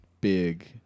Big